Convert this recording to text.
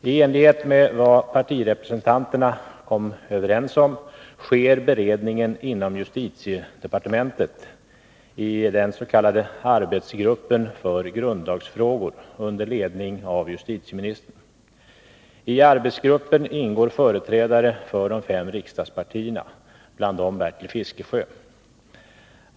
I enlighet med vad partirepresentanterna kom överens om sker beredningen inom justitiedepartementet i den s.k. arbetsgruppen för grundlagsfrågor under ledning av justitieministern. I arbetsgruppen ingår företrädare för de fem riksdagspartierna, bland dem Bertil Fiskesjö.